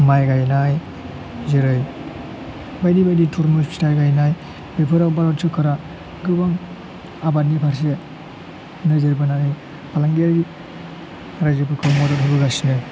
माइ गायनाय जेरै बायदि बायदि थुरमु फिथाइ गायनाय बेफोराव भारत सरखारा गोबां आबादनि फारसे नोजोर बोनानै फालांगियारि रायजोफोरखौ मदद होबो गासिनो